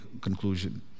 conclusion